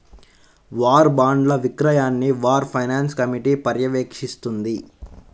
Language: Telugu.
వార్ బాండ్ల విక్రయాన్ని వార్ ఫైనాన్స్ కమిటీ పర్యవేక్షిస్తుంది